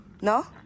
¿No